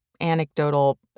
anecdotal